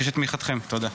אבקש את תמיכתכם, תודה.